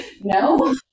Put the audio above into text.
No